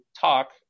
talk